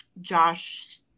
Josh